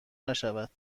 نشد